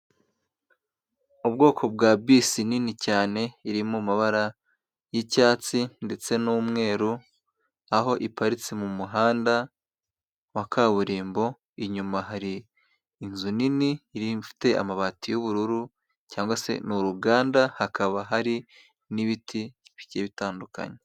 Ubwoko bwa bisi nini cyane iriri mu mabara yi'cyatsi ndetse n'umweru aho iparitse mumuhanda wa kaburimbo inyuma hari inzu nini iri ifite amabati y'ubururu cyangwa se n'uruganda hakaba hari n'ibiti bigiye bitandukanye